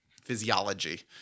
physiology